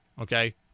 okay